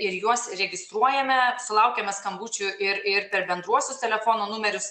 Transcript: ir juos registruojame sulaukiame skambučių ir ir per bendruosius telefono numerius